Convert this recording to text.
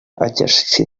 exercici